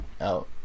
out